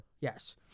Yes